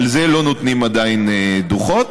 על זה לא נותנים עדיין דוחות.